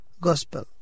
gospel